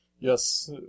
Yes